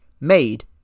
made